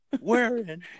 wearing